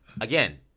again